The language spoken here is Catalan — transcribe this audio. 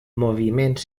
moviments